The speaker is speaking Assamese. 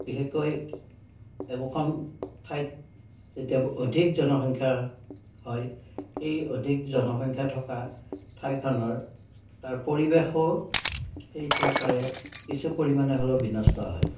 বিশেষকৈ একোখন ঠাইত যেতিয়া অধিক জনসংখ্যা হয় সেই অধিক জনসংখ্যা থকা ঠাইখনৰ তাৰ পৰিৱেশো সেই প্ৰকাৰে কিছু পৰিমাণে হ'লেও বিনষ্ট হয়